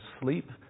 sleep